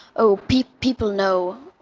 oh, people people know.